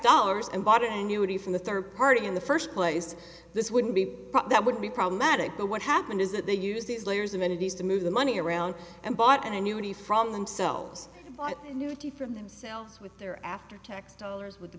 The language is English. dollars and bought it and you would be from the third party in the first place this wouldn't be that would be problematic but what happened is that they use these layers of entities to move the money around and bought an annuity from themselves new to from themselves with their after tax dollars with the